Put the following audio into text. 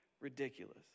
ridiculous